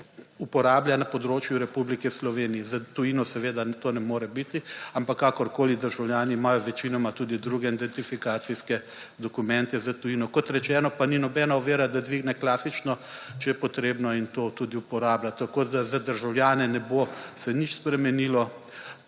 uporablja na področju Republike Slovenije, za tujino to ne more biti, ampak kakorkoli državljani imajo večinoma tudi druge identifikacijske dokumente, za tujino. Kot rečeno pa ni nobeno ovira, da dvigne klasično, če potrebno in to tudi uporablja tako, da se za državljane ne bo se nič spremenilo.